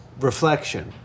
reflection